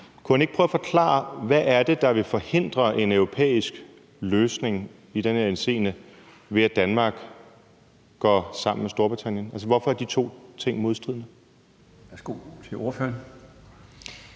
prøve at forklare, hvad det er, der vil forhindre en europæisk løsning i den her henseende, ved at Danmark går sammen med Storbritannien? Hvorfor er de to ting modstridende?